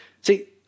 See